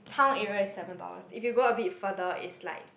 town area is seven dollars if you go a bit further is like